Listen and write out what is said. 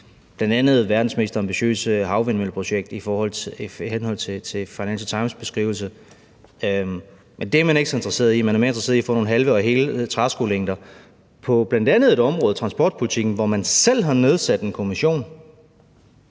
bl.a. verdens mest ambitiøse havvindmølleprojekt i henhold til Financial Times beskrivelse. Men det er man ikke så interesseret i. Man er mere interesseret i at få noget i nogle halve og hele træskolængder på bl.a. transportområdet, hvor man selv har nedsat en kommission,